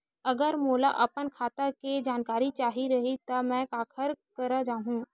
अगर मोला अपन खाता के जानकारी चाही रहि त मैं काखर करा जाहु?